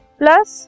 plus